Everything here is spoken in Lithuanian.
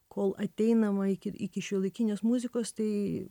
kol ateinama iki iki šiuolaikinės muzikos tai